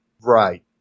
right